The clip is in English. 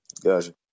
Gotcha